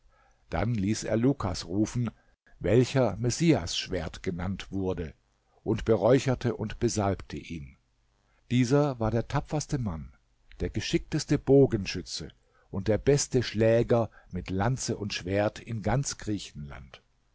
dann ließ er lukas rufen welcher messiasschwert genannt wurde und beräucherte und besalbte ihn dieser war der tapferste mann der geschickteste bogenschütze und der beste schläger mit lanze und schwert in ganz griechenland